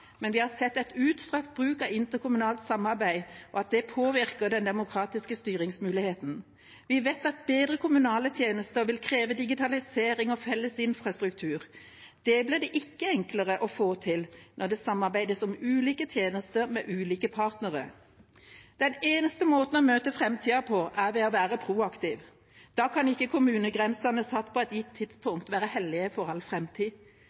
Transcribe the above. men vi har sett en utstrakt bruk av interkommunalt samarbeid, og at det påvirker den demokratiske styringsmuligheten. Vi vet at bedre kommunale tjenester vil kreve digitalisering og felles infrastruktur. Det blir det ikke enklere å få til når det samarbeides om ulike tjenester med ulike partnere. Den eneste måten å møte framtida på er ved å være proaktiv. Da kan ikke kommunegrensene, satt på et gitt tidspunkt, være hellige for all